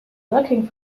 looking